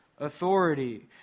Authority